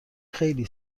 خیلی